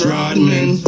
Rodman